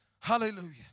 hallelujah